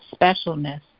specialness